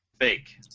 Fake